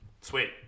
Sweet